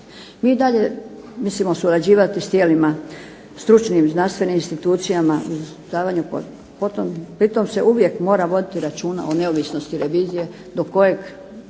i dalje mislimo surađivati s tijelima stručnim, znanstvenim institucijama. Pritom se uvijek mora voditi računa o neovisnosti revizije do kojeg